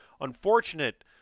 unfortunate